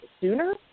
sooner